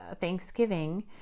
Thanksgiving